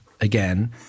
Again